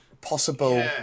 possible